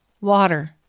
water